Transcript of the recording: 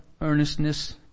earnestness